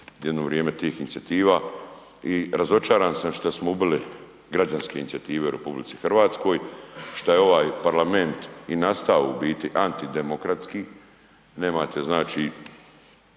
jedno vrijeme tih inicijativa. I razočaran sam što smo ubili građansku inicijative u RH, šta je ovaj Parlamenta i nastao u biti antidemokratski, nemate znači